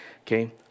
Okay